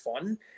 fun